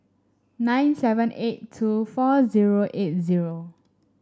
nine seven eight two four zero eight zero